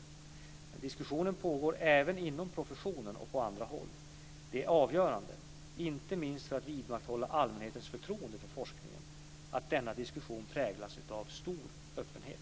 Men diskussionen pågår även inom professionen och på andra håll. Det är avgörande, inte minst för att vidmakthålla allmänhetens förtroende för forskningen, att denna diskussion präglas av stor öppenhet.